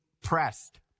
pressed